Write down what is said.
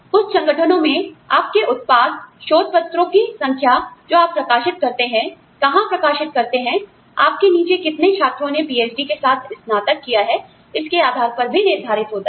कुछ संगठनों में आपके उत्पाद शोध पत्रों की संख्या जो आप प्रकाशित करते हैं कहां प्रकाशित करते हैं आप के नीचे कितने छात्रों ने पीएचडी के साथ स्नातक किया है इसके आधार पर भी निर्धारित होता है